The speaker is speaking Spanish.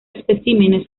especímenes